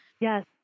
Yes